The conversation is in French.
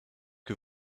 que